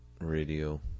Radio